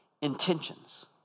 intentions